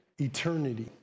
eternity